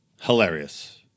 hilarious